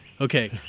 Okay